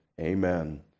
Amen